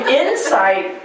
insight